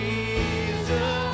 Jesus